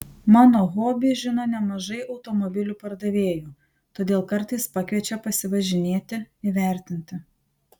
mano hobį žino nemažai automobilių pardavėjų todėl kartais pakviečia pasivažinėti įvertinti